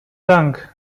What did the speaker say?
dank